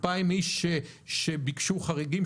2,000 איש שביקשו חריגים,